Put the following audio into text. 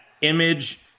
Image